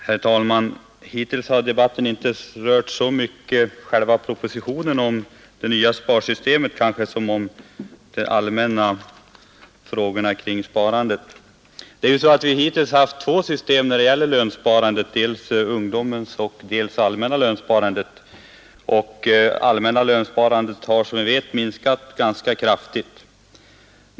Herr talman! Hittills har debatten inte så mycket rört själva propositionen om det nya sparsystemet som de allmänna frågorna kring sparandet. Vi har när det gäller lönsparandet hittills haft två system: ungdomssparandet och det allmänna lönsparandet. Det sistnämnda har minskat ganska kraftigt.